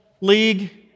League